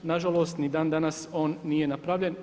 Na žalost ni dan danas on nije napravljen.